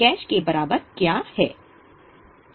cash के बराबर क्या है